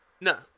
No